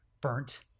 burnt